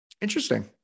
Interesting